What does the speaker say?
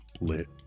Lit